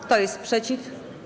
Kto jest przeciw?